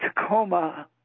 Tacoma